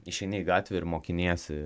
išeini į gatvę ir mokiniesi